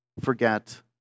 forget